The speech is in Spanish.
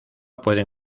pueden